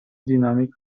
دینامیک